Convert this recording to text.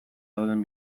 dauden